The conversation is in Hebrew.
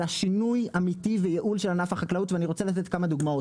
אלא שינוי אמיתי וייעול של ענף החקלאות ואני רוצה לתת כמה דוגמאות,